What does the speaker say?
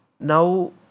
Now